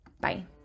Bye